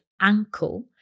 ankle